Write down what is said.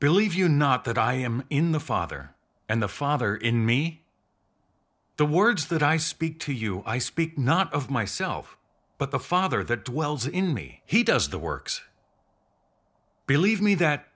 believe you not that i am in the father and the father in me the words that i speak to you i speak not of myself but the father that dwells in me he does the works believe me that